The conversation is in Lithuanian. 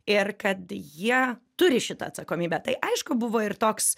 ir kad jie turi šitą atsakomybę tai aišku buvo ir toks